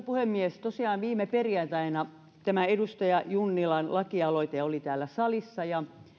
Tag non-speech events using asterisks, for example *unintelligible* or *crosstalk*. *unintelligible* puhemies tosiaan viime perjantaina tämä edustaja junnilan lakialoite oli täällä salissa ja